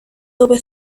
dove